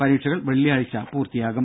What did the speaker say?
പരീക്ഷകൾ വെള്ളിയാഴ്ച പൂർത്തിയാകും